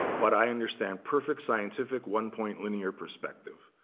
but i understand perfect scientific one-point linear perspective.